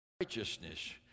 righteousness